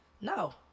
No